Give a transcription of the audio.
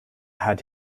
had